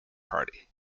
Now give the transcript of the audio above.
party